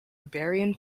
iberian